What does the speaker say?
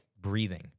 breathing